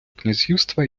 князівства